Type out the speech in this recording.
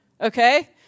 Okay